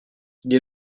des